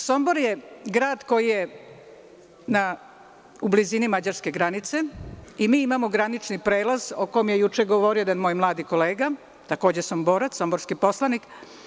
Sombor je grad koji je u blizini mađarske granice i mi imamo građanski prelaz, o kome je juče govorio jedan moj mladi kolega, takođe Somborac, somborski poslanik.